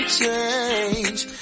change